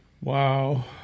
wow